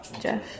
Jeff